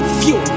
fuel